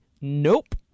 Nope